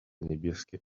niebieskie